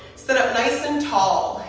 sit up nice and tall.